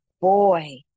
Boy